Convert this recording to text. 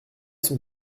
son